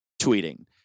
tweeting